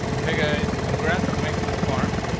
hey, guys, congrats on making this far.